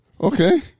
Okay